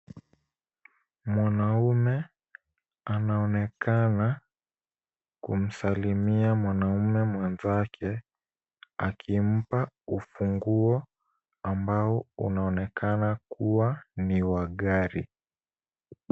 Mwnaume anaonekana kumsalimia mwanaume mwenzake akimpa ufunguo ambao unaonekana kuwa ni wa gari.